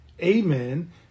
amen